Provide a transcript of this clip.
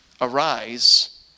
Arise